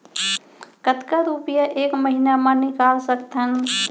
कतका रुपिया एक महीना म निकाल सकथन?